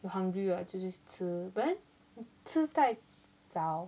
you hungry [what] 就去吃 but then 吃太早